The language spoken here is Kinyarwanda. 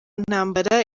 ntambara